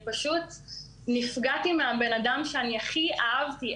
נפגעתי מהבן אדם שהכי אהבתי.